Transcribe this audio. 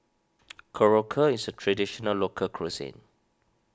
Korokke is a Traditional Local Cuisine